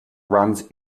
runs